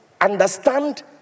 understand